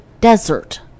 desert